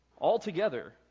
altogether